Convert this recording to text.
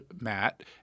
Matt